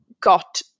got